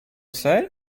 say